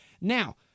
Now